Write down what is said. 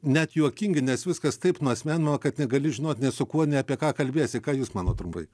net juokingi nes viskas taip nuasmeninama kad negali žinot nei su kuo nei apie ką kalbiesi ką jūs manot trumpai